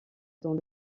dans